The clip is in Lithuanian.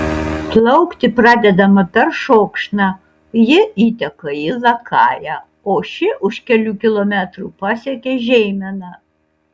plaukti pradedama peršokšna ji įteka į lakają o ši už kelių kilometrų pasiekia žeimeną